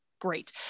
Great